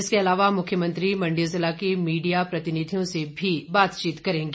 इसके अलावा मुख्यमंत्री मंडी जिला के मीडिया प्रतिनिधियों से भी बातचीत करेंगे